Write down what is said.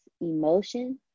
emotion